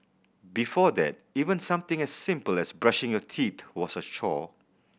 before that even something as simple as brushing your teeth was a chore